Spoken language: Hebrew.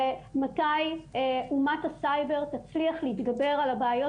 ומתי אומת הסייבר תצליח להתגבר על הבעיות